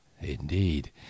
Indeed